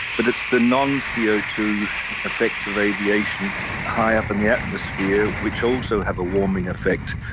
but it's the non c o two effects of aviation high up in the atmosphere which also have a warming effect.